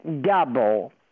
double